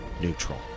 neutral